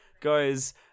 guys